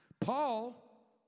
Paul